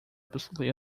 absolutely